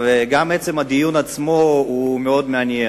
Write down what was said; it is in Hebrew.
גם עצם הדיון עצמו מעניין מאוד.